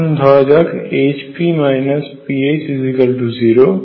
এখন ধরা যাক Hp pH0